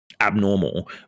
abnormal